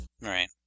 Right